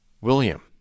William